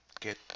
get